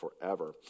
forever